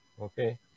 Okay